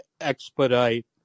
expedite